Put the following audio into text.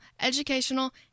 educational